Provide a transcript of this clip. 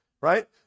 right